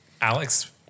Alex